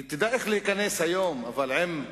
היא תדע איך להיכנס היום, אבל עם,